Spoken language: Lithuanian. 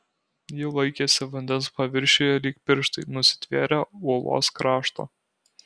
ji laikėsi vandens paviršiuje lyg pirštai nusitvėrę uolos krašto